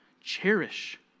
Cherish